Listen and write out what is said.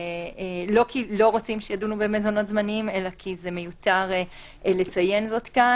לא כי לא רוצים שידונו בזה אלא כי מיותר לציין זאת כאן.